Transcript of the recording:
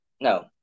no